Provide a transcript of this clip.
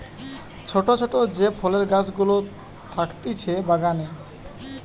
ছোট ছোট যে ফলের গাছ গুলা থাকতিছে বাগানে